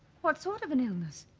what sort of an illness?